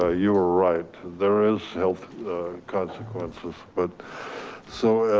ah you are right there is health consequences, but so